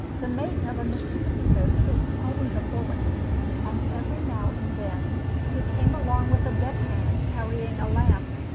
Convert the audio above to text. the mate of a mississippi boat is always a bully and every now and then he came along with a deck-hand carrying a lamp,